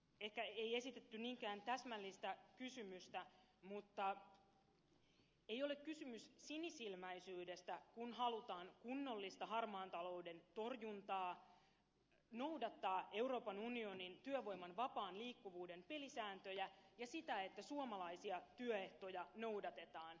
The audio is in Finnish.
ehkä ei esitetty niinkään täsmällistä kysymystä mutta ei ole kysymys sinisilmäisyydestä kun halutaan kunnollista harmaan talouden torjuntaa noudattaa euroopan unionin työvoiman vapaan liikkuvuuden pelisääntöjä ja sitä että suomalaisia työehtoja noudatetaan